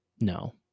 no